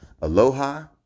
aloha